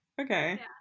Okay